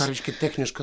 ką reiškia techniška